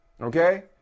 Okay